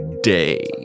day